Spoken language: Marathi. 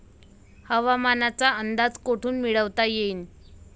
हवामानाचा अंदाज कोठून मिळवता येईन?